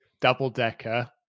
Double-decker